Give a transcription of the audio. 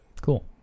Cool